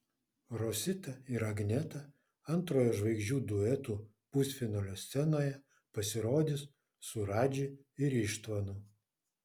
rosita ir agneta antrojo žvaigždžių duetų pusfinalio scenoje pasirodys su radži ir ištvanu